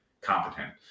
competent